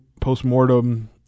post-mortem